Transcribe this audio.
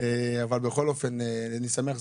בכל אופן אני שמח.